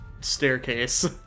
staircase